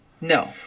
No